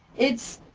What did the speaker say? it's,